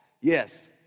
Yes